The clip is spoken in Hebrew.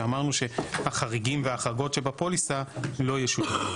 שאמרנו שהחריגים וההחרגות שבפוליסה לא ישולמו.